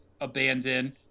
abandoned